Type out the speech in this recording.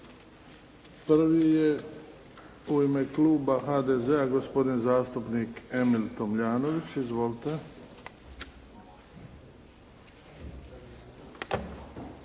Prvi je u ime kluba HDZ-a, gospodin zastupnik Emil Tomljanović. Izvolite.